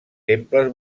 temples